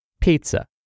pizza